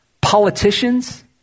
politicians